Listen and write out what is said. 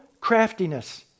craftiness